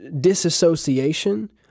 disassociation